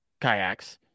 kayaks